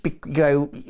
go